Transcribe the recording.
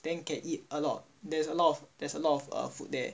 then can eat a lot there's a lot of there's a lot of err food there